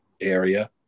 area